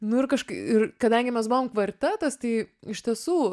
nu ir kažkai ir kadangi mes buvom kvartetas tai iš tiesų